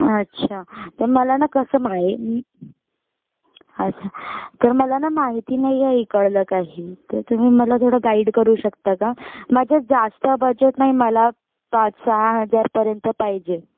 अच्छा तर मला ना कसं म्हाइ अच्छा तर मला ना माहिती नाही आहे इकडलं काही तर तुम्ही मला थोडं गाईड करू शकता का माझं जास्त बजेट नाही मला पाच सहा हजारापर्यंत पाहिजे